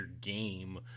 game